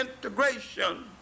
integration